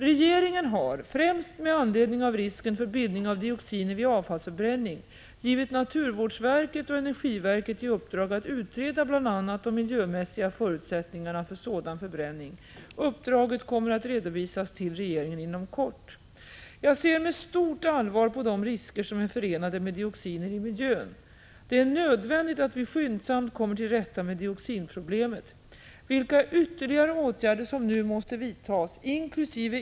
Regeringen har, främst med anledning av risken för bildning av dioxiner vid avfallsförbränning, givit naturvårdsverket och energiverket i uppdrag att utreda bl.a. de miljömässiga förutsättningarna för sådan förbränning. Uppdraget kommer att redovisas till regeringen inom kort. Jag ser med stort allvar på de risker som är förenade med dioxiner i miljön. Det är nödvändigt att vi skyndsamt kommer till rätta med dioxinproblemet. Vilka ytterligare åtgärder som nu måste vidtas, inkl.